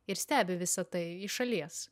ir stebi visa tai iš šalies